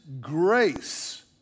grace